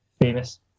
famous